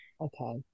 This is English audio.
Okay